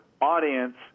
audience